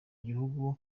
gihugu